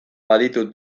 baditut